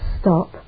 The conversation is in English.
stop